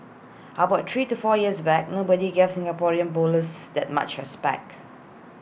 how about three to four years back nobody gave Singaporean bowlers that much has back